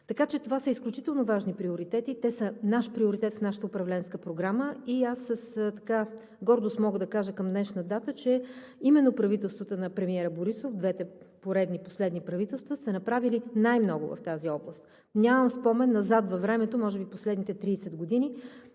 това са изключително важни приоритети. Те са приоритет в нашата управленска програма и аз с гордост мога да кажа към днешна дата, че именно правителството на премиера Борисов – двете поредни последни правителства, са направили най-много в тази област. Нямам спомен назад във времето, може би в последните 30 години,